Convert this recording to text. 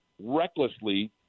recklessly